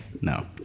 No